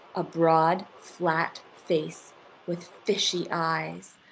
a broad, flat face with fishy eyes,